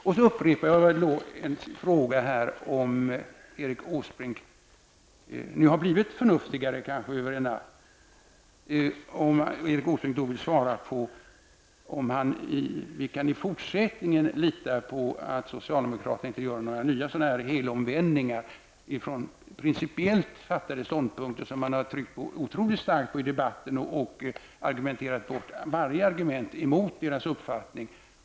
Jag vill upprepa min fråga, om Erik Åsbrink kanske nu har blivit förnuftigare över en natt. Kan vi i fortsättningen lita på att socialdemokraterna inte kommer att göra några nya sådana här helomvändningar ifrån principellt fattade ståndpunkter som man har tryckt otroligt starkt på i debatten och där man tidigare har argumenterat bort varje argument emot sin uppfattning?